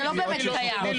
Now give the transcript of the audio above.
זה לא באמת קיים.